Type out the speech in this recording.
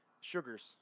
sugars